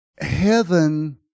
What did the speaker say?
Heaven